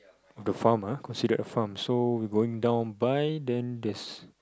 the farm ah considered a farm so we going down by then there's